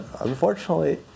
unfortunately